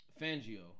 Fangio